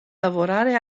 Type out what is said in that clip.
lavorare